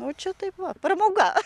o čia taip va pramoga